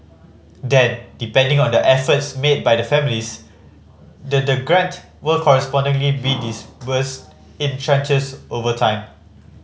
then depending on the efforts made by the families the the grant will correspondingly be disbursed in tranches over time